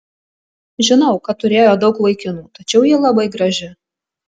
žinau kad turėjo daug vaikinų tačiau ji labai graži